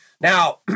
Now